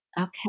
Okay